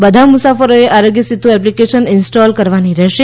બધા મુસાફરોએ Aarogya Setu application install કરવાની રહેશે